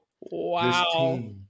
Wow